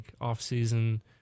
off-season